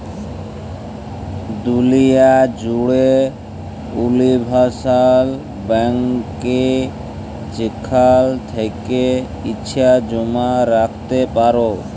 দুলিয়া জ্যুড়ে উলিভারসাল ব্যাংকে যেখাল থ্যাকে ইছা জমা রাইখতে পারো